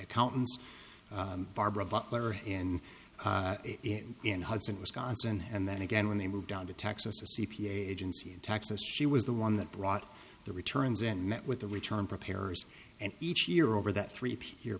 accountants barbara butler and in in hudson wisconsin and then again when they moved down to texas the c p a agency in texas she was the one that brought the returns and met with the return preparers and each year over that three